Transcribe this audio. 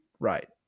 Right